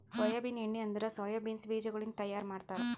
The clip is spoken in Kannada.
ಸೋಯಾಬೀನ್ ಎಣ್ಣಿ ಅಂದುರ್ ಸೋಯಾ ಬೀನ್ಸ್ ಬೀಜಗೊಳಿಂದ್ ತೈಯಾರ್ ಮಾಡ್ತಾರ